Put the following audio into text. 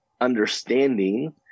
understanding